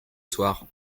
soir